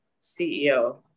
CEO